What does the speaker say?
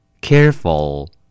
Careful